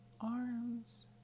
arms